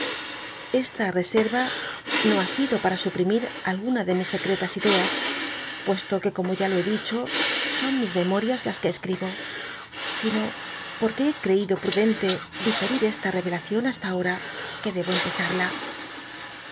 a reserva no ba sido para suprimir alguna de mis secretas ideas puesto que como ya lo he dicho son mis lemoi'ías las que escribo sino potque he cl'cido prudente diferir esta revelacion h sta ahora que debo